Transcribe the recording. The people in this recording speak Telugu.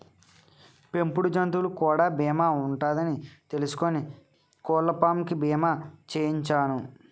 పెంపుడు జంతువులకు కూడా బీమా ఉంటదని తెలుసుకుని కోళ్ళపాం కి బీమా చేయించిసేను